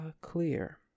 clear